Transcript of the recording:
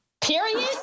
Period